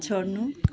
छोड्नु